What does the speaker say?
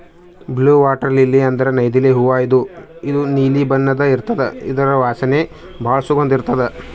blue water lily ಅಂದ್ರ ನೈದಿಲೆ ಹೂವಾ ಇದು ನೀಲಿ ಬಣ್ಣದ್ ಇರ್ತದ್ ಇದ್ರ್ ವಾಸನಿ ಭಾಳ್ ಸುಗಂಧ್ ಇರ್ತದ್